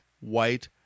White